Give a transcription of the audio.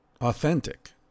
authentic